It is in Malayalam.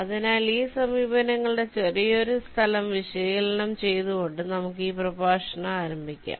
അതിനാൽ ഈ സമീപനങ്ങളുടെ ചെറിയൊരു സ്ഥലം വിശകലനം ചെയ്തുകൊണ്ട് നമുക്ക് ഈ പ്രഭാഷണം ആരംഭിക്കാം